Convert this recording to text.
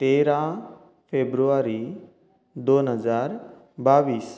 तेरा फेब्रुवारी दोन हजार बावीस